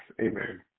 Amen